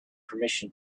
permission